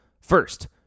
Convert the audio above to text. First